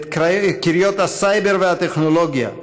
את קריות הסייבר והטכנולוגיה,